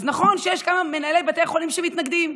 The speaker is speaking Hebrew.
אז נכון שיש כמה מנהלי בתי חולים שמתנגדים.